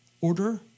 order